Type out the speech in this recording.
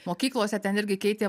mokyklose ten irgi keitė